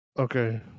okay